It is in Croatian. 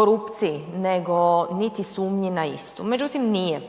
korupciji, nego niti sumnji na istu, međutim nije.